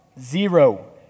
zero